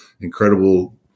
incredible